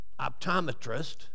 optometrist